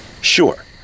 sure